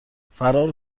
فرار